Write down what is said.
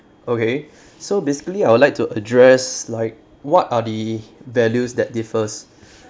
okay so basically I would like to address like what are the values that differs